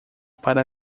para